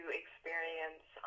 experience